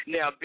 Now